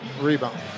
rebound